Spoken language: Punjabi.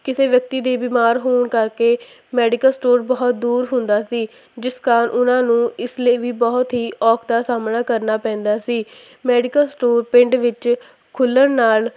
ਕਿਸੇ ਵਿਅਕਤੀ ਦੀ ਬਿਮਾਰ ਹੋਣ ਕਰਕੇ ਮੈਡੀਕਲ ਸਟੋਰ ਬਹੁਤ ਦੂਰ ਹੁੰਦਾ ਸੀ ਜਿਸ ਕਾਰਨ ਉਹਨਾਂ ਨੂੰ ਇਸ ਲਈ ਵੀ ਬਹੁਤ ਹੀ ਔਖ ਦਾ ਸਾਹਮਣਾ ਕਰਨਾ ਪੈਂਦਾ ਸੀ ਮੈਡੀਕਲ ਸਟੋਰ ਪਿੰਡ ਵਿੱਚ ਖੁੱਲ੍ਹਣ ਨਾਲ